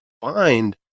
find